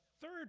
third